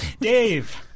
Dave